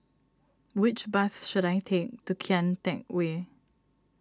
which bus should I take to Kian Teck Way